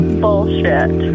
bullshit